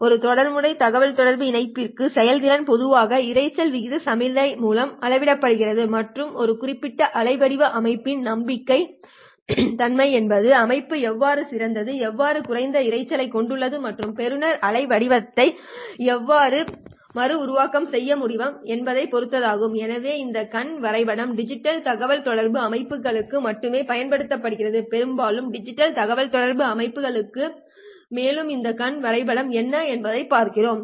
ஒரு தொடர்முறை தகவல்தொடர்பு இணைப்பிற்கு செயல்திறன் பொதுவாக இரைச்சல் விகிதத்திம் சமிக்ஞை மூலம் அளவிடப்படுகிறது மற்றும் ஒரு குறிப்பிட்ட அலை வடிவ அமைப்பில் நம்பிக்கை தன்மை என்பது அமைப்பு எவ்வளவு சிறந்தது எவ்வளவு குறைந்த இரைச்சலை கொண்டுள்ளது மற்றும் பெறுநர் அலை வடிவத்தை எவ்வாறு மறு உருவாக்கம் செய்ய முடியும் என்பதை பொறுத்தே அமைகிறது எனவே இந்த கண் வரைபடம் டிஜிட்டல் தகவல்தொடர்பு அமைப்புகளுக்கு மட்டுமே பயன்படுத்தப்படுகிறது பெரும்பாலும் டிஜிட்டல் தகவல்தொடர்பு அமைப்புகளுக்கு மட்டுமே பயன்படுத்தப்படுகிறது மேலும் இந்த கண் வரைபடம் என்ன என்பதை நாம் பார்க்கப்போகிறோம்